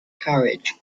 carriage